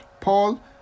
Paul